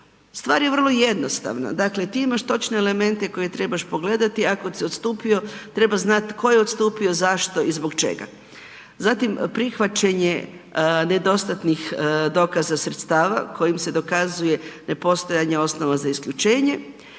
Stvar je vrlo jednostavna, dakle ti imaš točne elemente koje trebaš pogledati, a ako si odstupio treba znat tko je odstupio, zašto i zbog čega. Zatim prihvaćenje nedostatnih dokaza sredstava kojim se dokazuje nepostojanje osnova za isključenje,